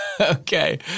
Okay